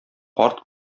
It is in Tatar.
карт